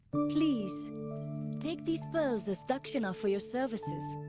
please take these pearls as dakshina for your services.